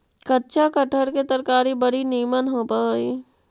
कच्चा कटहर के तरकारी बड़ी निमन होब हई